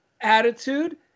attitude